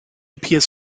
appears